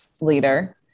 leader